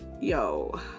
yo